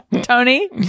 Tony